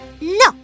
No